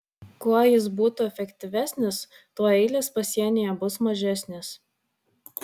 kuo jis būtų efektyvesnis tuo eilės pasienyje bus mažesnės